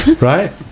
Right